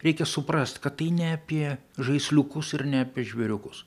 reikia suprast kad tai ne apie žaisliukus ir ne ape žvėriukus